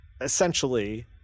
essentially